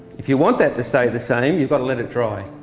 if you want that to stay the same you've got to let it dry,